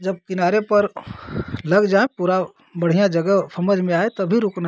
जब किनारे पर लग जाएँ पूरा बढ़ियाँ जगह समझ में आए तभी रुकना